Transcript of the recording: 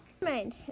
Mind